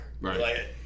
Right